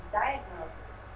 diagnosis